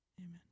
Amen